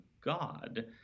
God